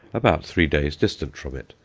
about three days distant from it,